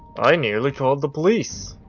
i nearly called the police